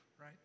Right